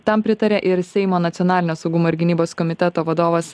tam pritarė ir seimo nacionalinio saugumo ir gynybos komiteto vadovas